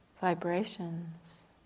vibrations